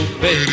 baby